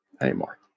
anymore